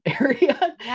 area